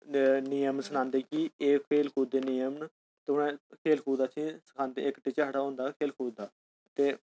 नियम सनांदे के एह् खेल कूद दे निय़म न खेल कूद सखांदे इक टीचर साढ़ा होंदा खेल कूद दा ते